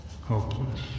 Hopeless